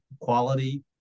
quality